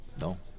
No